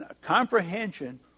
comprehension